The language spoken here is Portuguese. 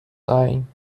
saem